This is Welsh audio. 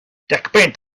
decpunt